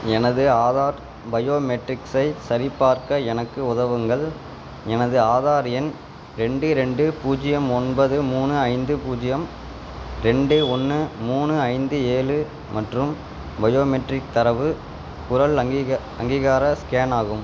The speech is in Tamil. எனது ஆதார் பயோமெட்ரிக்ஸை சரிபார்க்க எனக்கு உதவுங்கள் எனது ஆதார் எண் ரெண்டு ரெண்டு பூஜ்ஜியம் ஒன்பது மூணு ஐந்து பூஜ்ஜியம் ரெண்டு ஒன்று மூணு ஐந்து ஏழு மற்றும் பயோமெட்ரிக் தரவு குரல் அங்கீக அங்கீகார ஸ்கேன் ஆகும்